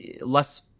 less